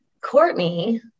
Courtney